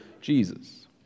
Jesus